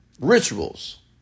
rituals